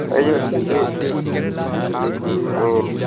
ꯑꯩꯁꯨ ꯍꯧꯖꯤꯛꯇꯤ ꯎꯝ